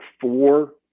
four